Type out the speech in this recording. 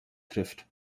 trifft